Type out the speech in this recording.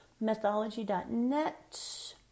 Mythology.net